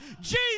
jesus